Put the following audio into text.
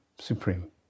Supreme